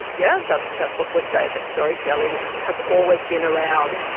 yeah that's that's what we say, that storytelling has always been around.